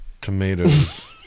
tomatoes